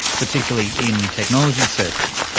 particularly in technology circles,